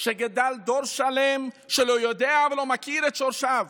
שגדל דור שלם שלא יודע ולא מכיר את שורשיו.